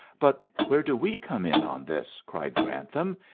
but where do we come in on this? cried grantham.